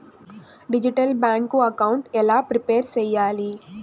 Digital bank account ఎలా prepare సెయ్యాలి?